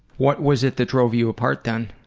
what was it that drove you apart, then?